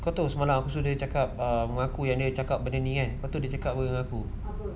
kau tahu semalam aku sudah cakap mak aku yang dia cakap benda lepas tu dia cakap dengan aku